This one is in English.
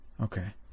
Okay